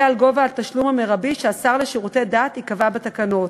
על גובה התשלום המרבי שהשר לשירותי דת יקבע בתקנות.